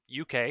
UK